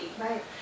Right